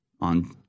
on